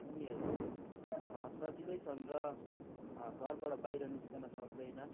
उनीहरू सजिलैसँग घरबाट बाहिर निस्किन सक्दैन